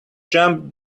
jumped